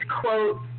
quote